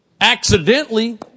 accidentally